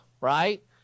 right